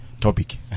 topic